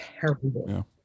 terrible